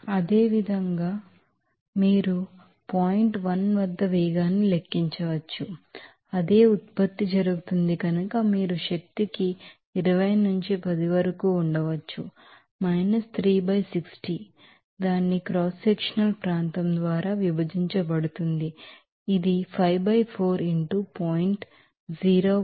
అదేవిధంగా మీరు పాయింట్ 1 వద్ద వేగాన్ని లెక్కించవచ్చు అదే ఉత్పత్తి జరుగుతోంది కనుక మీరు శక్తికి 20 నుంచి 10 వరకు ఉండవచ్చు 3 by 60 దాని క్రాస్ సెక్షనల్ ప్రాంతం ద్వారా విభజించబడుతుంది ఇది 5 4 into 0